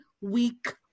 week